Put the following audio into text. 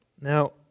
Now